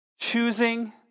choosing